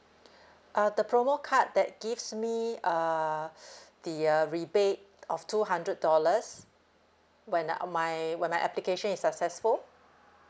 uh the promo card that gives me err the uh rebate of two hundred dollars when uh my when my application is successful